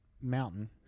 mountain